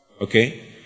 Okay